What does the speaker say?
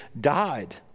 died